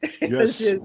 Yes